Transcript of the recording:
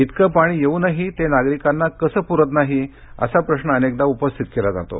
इतके पाणी येऊनही ते नागरिकांना कसं पूरत नाही असा प्रश्न अनेकदा उपस्थित केला जातो